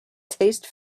taste